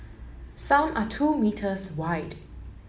some are two meters wide